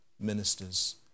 ministers